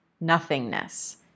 nothingness